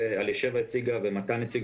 אלישבע סבתו הציגה ומתן חמו הציג,